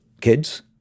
kids